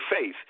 faith